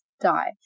die